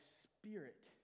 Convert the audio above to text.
spirit